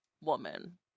woman